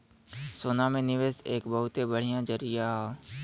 सोना में निवेस एक बहुते बढ़िया जरीया हौ